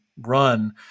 run